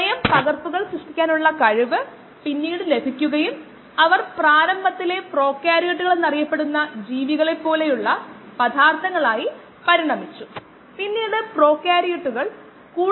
ഈ സാഹചര്യത്തിൽ കോശങ്ങൾ വളരുന്ന ബയോ റിയാക്ടറിലെ ദ്രാവക ഭാഗമായ ബയോ റിയാക്ടർ ചാറു അതാണ് നമ്മൾ സിസ്റ്റമായി എടുക്കാൻ പോകുന്നത് ആ സിസ്റ്റത്തിലെ സെല്ലുകളെക്കുറിച്ച് ഒരു ബാലൻസ് എഴുതാൻ പോകുന്നു